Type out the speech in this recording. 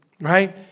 right